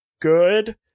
good